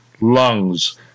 lungs